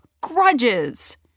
grudges